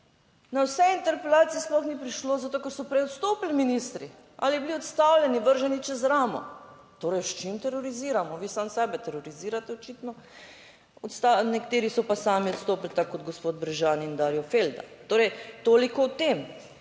Na vse interpelacije sploh ni prišlo, zato ker so prej odstopili ministri ali bili odstavljeni - vrženi čez ramo. Torej s čim teroriziramo? Vi sami sebe terorizirate očitno. Nekateri so pa sami odstopili, tako kot gospod Bržan in Darjo Felda. Torej, toliko o tem.